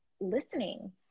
listening